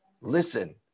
listen